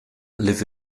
live